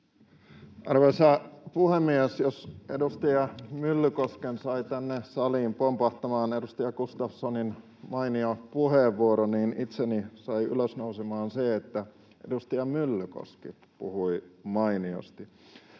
Arvoisa puhemies! Jos edustaja Myllykosken sai tänne saliin pompahtamaan edustaja Gustafssonin mainio puheenvuoro, niin itseni sai ylös nousemaan se, että edustaja Myllykoski puhui mainiosti.